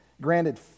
granted